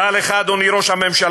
דע לך, אדוני ראש הממשלה,